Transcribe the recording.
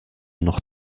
noch